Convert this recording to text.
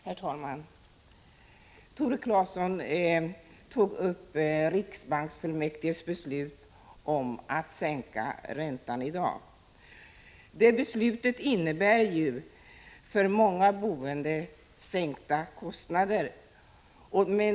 Herr talman! Tore Claeson tog upp riksbanksfullmäktiges beslut om att sänka räntan i dag. Det beslutet innebär sänkta kostnader för många boende.